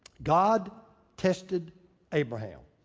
god tested abraham.